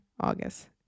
August